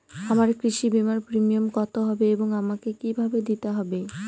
আমার কৃষি বিমার প্রিমিয়াম কত হবে এবং আমাকে কি ভাবে দিতে হবে?